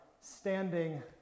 standing